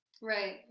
Right